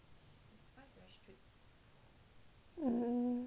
mm